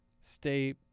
Stay